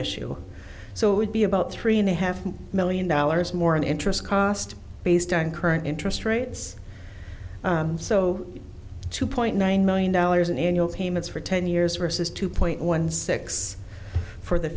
issue so it would be about three and a half million dollars more in interest cost based on current interest rates so two point nine million dollars in annual payments for ten years versus two point one six for the